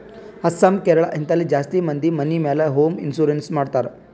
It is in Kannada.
ಅಸ್ಸಾಂ, ಕೇರಳ, ಹಿಂತಲ್ಲಿ ಜಾಸ್ತಿ ಮಂದಿ ಮನಿ ಮ್ಯಾಲ ಹೋಂ ಇನ್ಸೂರೆನ್ಸ್ ಮಾಡ್ತಾರ್